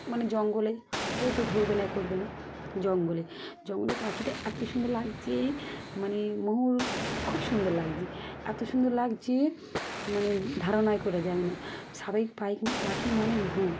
মানে জঙ্গলে কেউ তো ধরবে না করবে না জঙ্গলে জঙ্গলে পাখিটা এত সুন্দর লাগছে মানে ময়ূর খুব সুন্দর লাগছে এত সুন্দর লাগছে মানে ধারণাই করা যাবে না স্বাভাবিক পা পাখি মানে ময়ূর